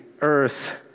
earth